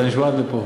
אתה נשמע עד לפה.